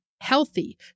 healthy